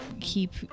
keep